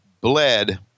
bled